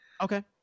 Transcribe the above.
Okay